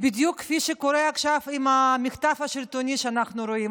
כפי שקורה עכשיו עם המחטף השלטוני שאנחנו רואים.